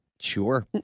Sure